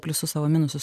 pliusus savo minusus